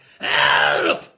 Help